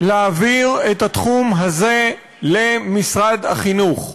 להעביר את התחום הזה למשרד החינוך.